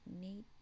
need